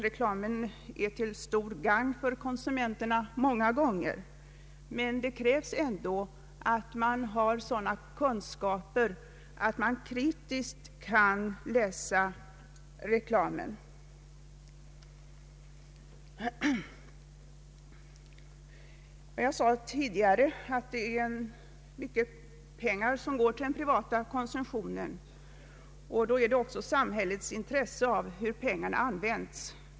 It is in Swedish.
Reklamen är många gånger till stort gagn för konsumenterna, men det krävs att de har sådana kunskaper att de kritiskt kan läsa vad som står i reklamen. Jag sade tidigare att det är mycket pengar som går till den privata konsumtionen, och det är då också av intresse för samhället att se hur pengarna används.